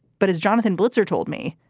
but as jonathan blitzer told me,